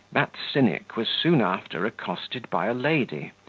that cynic was soon after accosted by a lady,